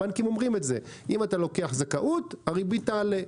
הבנקים אומרים אם אתה לוקח זכאות הריבית תעלה.